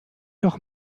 doch